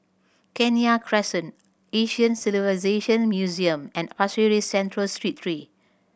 Kenya Crescent Asian Civilisation Museum and Pasir Ris Central Street three